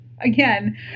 again